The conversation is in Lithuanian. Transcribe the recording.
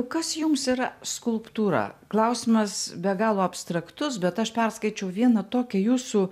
kas jums yra skulptūra klausimas be galo abstraktus bet aš perskaičiau vieną tokią jūsų